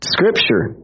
Scripture